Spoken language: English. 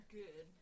good